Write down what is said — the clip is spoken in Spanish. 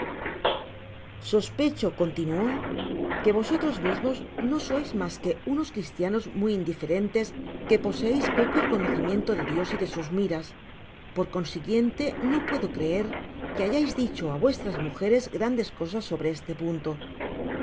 sospecho continuó que vosotros miemos no sois mas que unos cristianos muy indiferentes que poseeis poco el conocimiento de dios y de sus miras por consiguiente no puedo creer que hayais dicho á vuestras mujeres grandes cosas sobre este punto